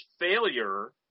failure